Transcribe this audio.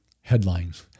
headlines